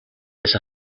esa